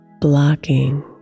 blocking